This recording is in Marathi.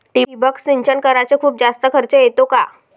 ठिबक सिंचन कराच खूप जास्त खर्च येतो का?